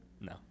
No